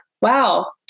Wow